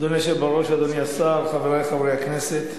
אדוני היושב בראש, אדוני השר, חברי חברי הכנסת,